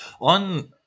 On